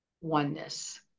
oneness